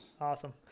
Awesome